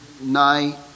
night